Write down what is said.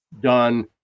done